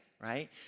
right